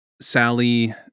Sally